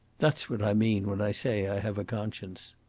that is what i mean when i say i have a conscience.